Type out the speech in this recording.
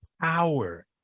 power